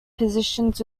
positions